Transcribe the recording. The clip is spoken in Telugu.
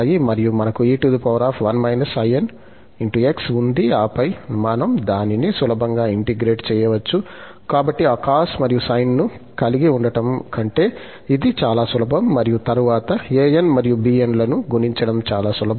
in X ఉంది ఆపై మనం దానిని సులభంగా ఇంటిగ్రేట్ చేయవచ్చు కాబట్టి ఆ cos మరియు sine ను కలిగి ఉండటం కంటే ఇది చాలా సులభం మరియు తరువాత an మరియు bn లను గణించడం చాలా సులభం